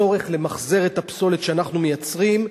הצורך למחזר את הפסולת שאנחנו מייצרים,